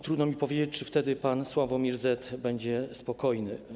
Trudno mi powiedzieć, czy wtedy pan Sławomir Z. będzie spokojny.